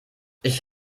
ich